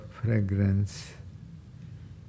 fragrance